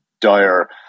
dire